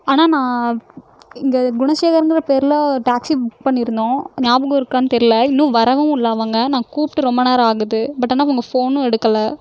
அண்ணா நான் இங்கே குணசேகர்ங்கிற பேரில் டாக்ஸி புக் பண்ணியிருந்தோம் ஞாபகம் இருக்கான்னு தெர்லை இன்னும் வரவும் இல்லை அவங்க நான் கூப்பிட்டு ரொம்ப நேரம் ஆகுது பட் ஆனால் அவங்க ஃபோனும் எடுக்கலை